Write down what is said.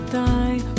die